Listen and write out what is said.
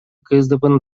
ксдпнын